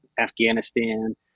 afghanistan